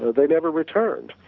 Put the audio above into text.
they never returned,